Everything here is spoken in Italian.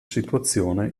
situazione